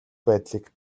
байдлыг